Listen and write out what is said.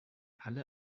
alle